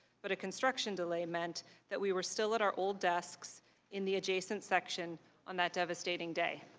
but a construction delay meant that we were still at our old desks in the adjacent section on that devastating day.